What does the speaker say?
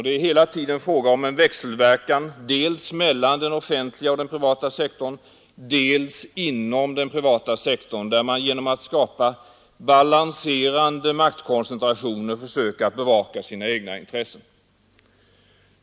Det är hela tiden fråga om en växelverkan dels mellan den offentliga och den privata sektorn, dels inom den privata sektorn, där man genom att skapa balanserande maktkoncentrationer försöker att bevaka sina egna intressen.